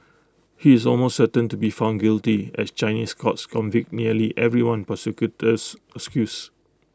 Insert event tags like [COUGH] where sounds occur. he is almost certain to be found guilty as Chinese courts convict nearly everyone prosecutors [UNINTELLIGIBLE]